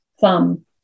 thumb